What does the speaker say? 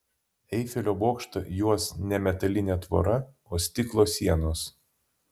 eifelio bokštą juos ne metalinė tvora o stiklo sienos